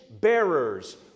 bearers